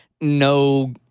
no